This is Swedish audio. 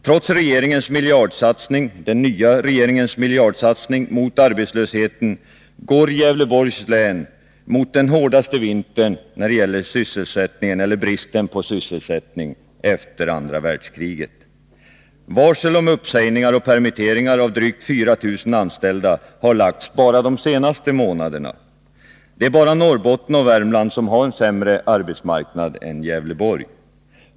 Trots den nya regeringens miljardsatsning mot arbetslösheten går Gävleborgs län när det gäller bristen på sysselsättning mot den hårdaste vintern efter andra världskriget. Varsel om uppsägningar och permitteringar av drygt 4000 anställda har lagts bara de senaste månaderna. Endast Norrbotten och Värmland har en sämre arbetsmarknad än Gävleborg.